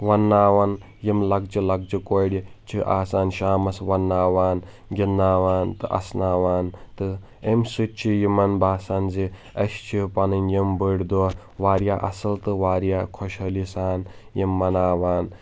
ونہٕ ناوان یِم لۄکچہِ لۄکچہِ کورِ چھِ آسن شامس ونہٕ ناوان گِنٛدناوان تہٕ اسناوان تہٕ امہِ سۭتۍ چھِ یِمن باسان زِ یہِ اسہِ چھِ پنٕنۍ یِم بٔڑۍ دۄہ واریاہ اصل تہٕ واریاہ خۄش حٲلی سان یِم مناوان